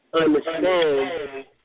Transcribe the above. understand